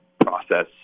process